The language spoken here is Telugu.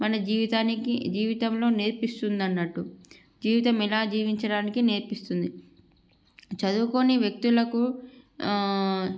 మన జీవితానికి జీవితంలో నేర్పిస్తుంది అని జీవితం ఎలా జీవించడానికి నేర్పిస్తుంది చదువుకోని వ్యక్తులకు ఆ